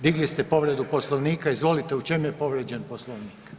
Digli ste povredu Poslovnika, izvolite u čemu je povrijeđen Poslovnik?